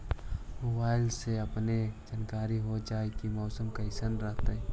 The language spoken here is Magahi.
मोबाईलबा से अपने के जानकारी हो जा है की मौसमा कैसन रहतय?